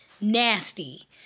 nasty